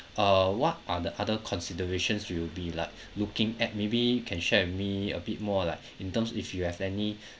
uh what are the other considerations you'll be like looking at maybe you can share with me a bit more like in terms if you have any